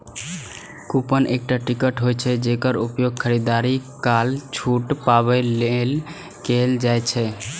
coupon एकटा ticket होइ छै, जेकर उपयोग खरीदारी काल छूट पाबै लेल कैल जाइ छै